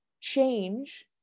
Change